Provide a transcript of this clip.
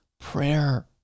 Prayer